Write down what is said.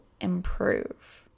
improve